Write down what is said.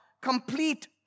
complete